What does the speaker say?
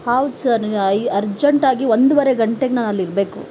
ಹೌದು ಸರ್ ಅರ್ಜೆಂಟಾಗಿ ಒಂದುವರೆ ಗಂಟೆಗೆ ನಾನು ಅಲ್ಲಿ ಇರಬೇಕು